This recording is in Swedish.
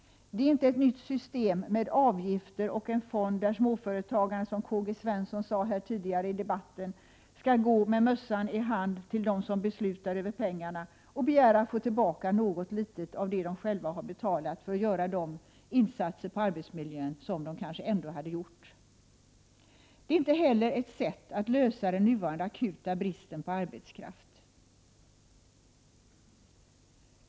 Det är inte ett nytt system med avgifter och fonder där småföretag, som Karl-Gösta Svenson sade tidigare i debatten, skall gå med mössan i hand till dem som beslutar över pengarna och begära att få tillbaka något litet av vad de själva har betalat, för att göra de insatser för arbetsmiljön som de kanske ändå hade genomfört. Det är inte heller ett sätt att avhjälpa den nuvarande akuta bristen på arbetskraft.